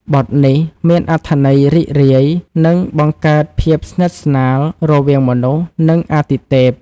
បទនេះមានអត្ថន័យរីករាយ និងបង្កើតភាពស្និទ្ធស្នាលរវាងមនុស្ស និងអាទិទេព។